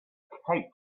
cape